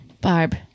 Barb